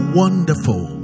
wonderful